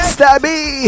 Stabby